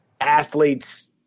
athletes